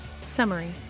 Summary